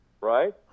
right